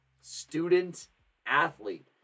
student-athlete